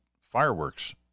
fireworks